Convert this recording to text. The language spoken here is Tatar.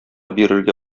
бирергә